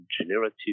generative